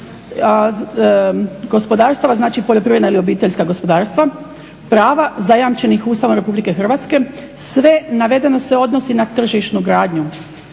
gospodarstava znači poljoprivredna ili obiteljska gospodarstva prava zajamčenih Ustavom RH. Sve navedeno se odnosi na tržišnu gradnju.